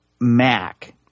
Mac